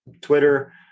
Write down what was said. Twitter